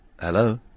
Hello